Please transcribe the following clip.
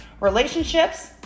relationships